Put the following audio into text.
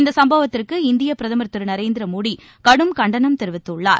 இந்த சம்பவத்திற்கு பிரதமர் திரு நரேந்திர மோடி கடும் கண்டனம் தெரிவித்துள்ளார்